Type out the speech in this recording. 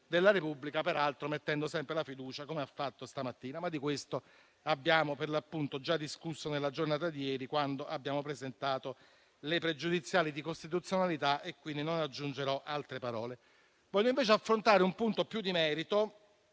della Repubblica, peraltro ponendo sempre la fiducia, come ha fatto questa mattina. Ma di questo abbiamo già discusso nella giornata di ieri, quando abbiamo avanzato la questione pregiudiziale di costituzionalità, quindi non aggiungerò altre parole. Voglio, invece, affrontare un punto più di merito